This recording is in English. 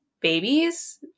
babies